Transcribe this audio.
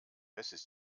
wessis